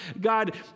God